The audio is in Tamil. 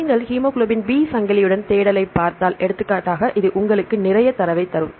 நீங்கள் ஹீமோகுளோபின் பி சங்கிலியுடன் தேடலைப் பார்த்தால் எடுத்துக்காட்டாக இது உங்களுக்கு நிறைய தரவைத் தரும்